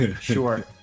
Sure